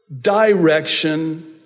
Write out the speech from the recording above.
direction